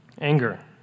anger